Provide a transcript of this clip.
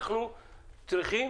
אנחנו צריכים